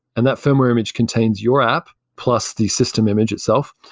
and that firmware image contains your app, plus the system image itself.